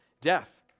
Death